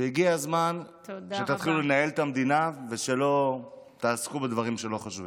הגיע הזמן שתתחילו לנהל את המדינה ושלא תעסקו בדברים שלא חשובים.